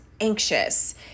anxious